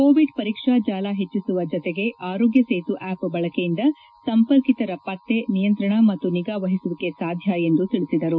Covid ಪರೀಕ್ಷಾ ಜಾಲ ಹೆಚ್ಚಿಸುವ ಜತೆಗೆ ಆರೋಗ್ಯ ಸೇತು ಆಶ್ ಬಳಕೆಯಿಂದ ಸಂಪರ್ಕಿತರ ಪತ್ರೆ ನಿಯಂತ್ರಣ ಮತ್ತು ನಿಗಾ ವಹಿಸುವಿಕೆ ಸಾಧ್ಯ ಎಂದು ತಿಳಿಸಿದರು